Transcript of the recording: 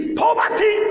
poverty